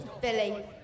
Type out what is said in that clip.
billy